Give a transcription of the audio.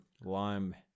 lime